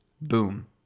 boom